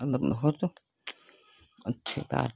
मतलब बहुत अच्छी तरह